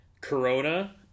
Corona